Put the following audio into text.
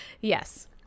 Yes